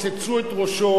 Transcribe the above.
רוצצו את ראשו,